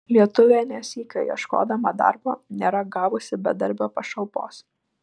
lietuvė ne sykio ieškodama darbo nėra gavusi bedarbio pašalpos